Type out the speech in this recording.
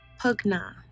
Pugna